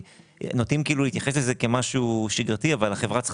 נוטים להתייחס לזה כמשהו שגרתי אבל החברה צריכה